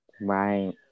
Right